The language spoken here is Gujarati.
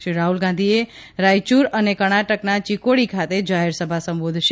શ્રી રાહુલ ગાંધીએ રાયચુર અને કર્ણાટકના ચિકોડી ખાતે જાહેરસભા સંબોધશે